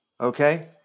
okay